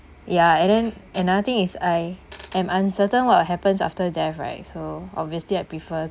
ya and then another thing is I am uncertain what will happens after death right so obviously I prefer